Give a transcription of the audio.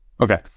Okay